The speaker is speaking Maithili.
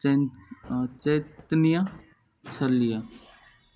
चै चैतन्या छलिअ